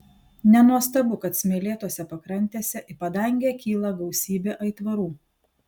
nenuostabu kad smėlėtose pakrantėse į padangę kyla gausybė aitvarų